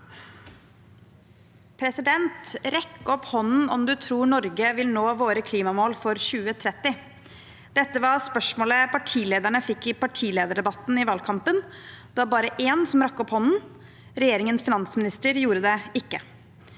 Rekk opp hånden om du tror Norge vil nå våre klimamål for 2030. Dette var spørsmålet partilederne fikk i partilederdebatten i valgkampen. Det var bare én som rakk opp hånden. Regjeringens finansminister gjorde det ikke.